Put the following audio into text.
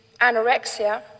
anorexia